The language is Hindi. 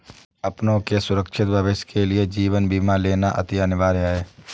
अपनों के सुरक्षित भविष्य के लिए जीवन बीमा लेना अति अनिवार्य है